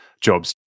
jobs